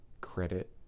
credit